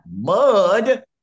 mud